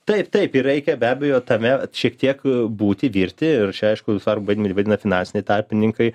taip taip ir reikia be abejo tame šiek tiek būti virti ir čia aišku svarbų vaidmenį vaidina finansiniai tarpininkai